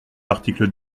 l’article